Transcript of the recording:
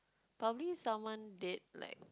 probably someone dead like